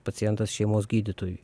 pacientas šeimos gydytojui